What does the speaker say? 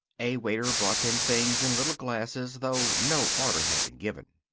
a waiter brought them things in little glasses, though no order had been given.